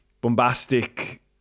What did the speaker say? bombastic